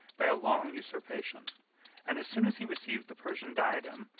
by a long usurpation and as soon as he received the persian diadem,